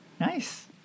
Nice